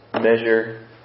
Measure